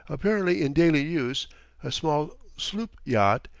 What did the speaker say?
apparently in daily use a small sloop yacht,